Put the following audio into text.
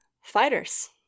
Fighters